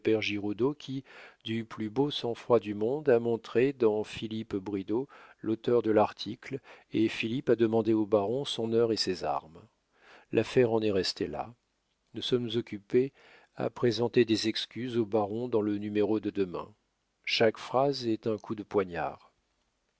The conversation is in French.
giroudeau qui du plus beau sang-froid du monde a montré dans philippe bridau l'auteur de l'article et philippe a demandé au baron son heure et ses armes l'affaire en est restée là nous sommes occupés à présenter des excuses au baron dans le numéro de demain chaque phrase est un coup de poignard